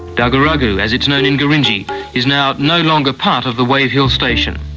daguragu as it is known in gurindji is now no longer part of the wave hill station.